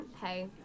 hey